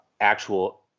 actual